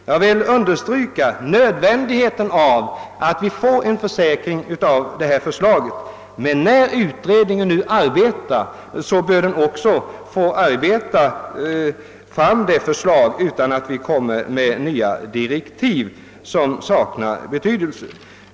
Jag vill understryka nödvändigheten av att vi får en försäkring av detta slag, men när nu utredningen arbetar bör den också få utforma sitt förslag utan att vi ger den nya direktiv, som saknar betydelse.